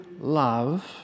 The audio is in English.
love